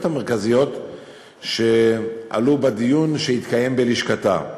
המרכזיות שעלו בדיון שהתקיים בלשכתה.